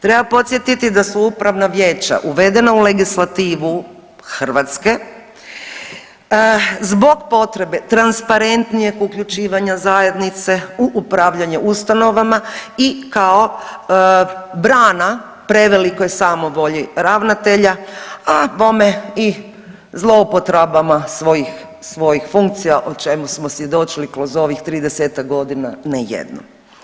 Treba podsjetiti da su upravna vijeća uvedena u legislativu Hrvatske zbog potrebe transparentnijeg uključivanja zajednice u upravljanje ustanovama i kao brana prevelikoj samovolji ravnatelja, a bome i zloupotrebama svojih funkcija o čemu smo svjedočili kroz ovih 30-ak godina, ne jednom.